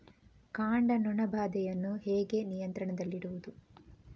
ಕಾಂಡ ನೊಣ ಬಾಧೆಯನ್ನು ಹೇಗೆ ನಿಯಂತ್ರಣದಲ್ಲಿಡುವುದು?